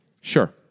Sure